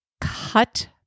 Cut